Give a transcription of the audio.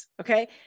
Okay